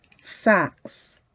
socks